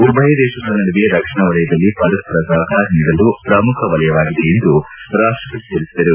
ಉಭಯ ದೇಶಗಳ ನಡುವೆ ರಕ್ಷಣಾ ವಲಯದಲ್ಲಿ ಪರಸ್ವರ ಸಹಕಾರ ನೀಡಲು ಪ್ರಮುಖ ವಲಯವಾಗಿದೆ ಎಂದು ರಾಷ್ಟವತಿ ತಿಳಿಸಿದರು